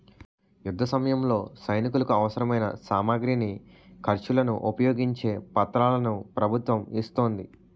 యుద్ధసమయంలో సైనికులకు అవసరమైన సామగ్రిని, ఖర్చులను ఉపయోగించే పత్రాలను ప్రభుత్వం ఇస్తోంది